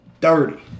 dirty